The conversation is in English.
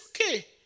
okay